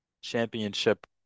championship